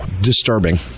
Disturbing